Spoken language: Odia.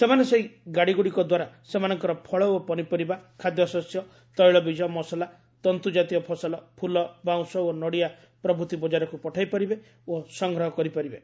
ସେମାନେ ସେହି ଗାଡ଼ିଗୁଡ଼ିକ ଦ୍ୱାରା ସେମାନଙ୍କର ଫଳ ଓ ପନିପରିବା ଖାଦ୍ୟଶସ୍ୟ ତୈଳବିଜ ମସଲା ତନ୍ତୁଜାତୀୟ ଫସଲ ଫୁଲ ବାଉଁଶ ଓ ନଡ଼ିଆ ପ୍ରଭୂତି ବଜାରକୁ ପଠାଇ ପାରିବେ ଓ ସଂଗ୍ହ କରିପାରିବେ